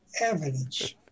evidence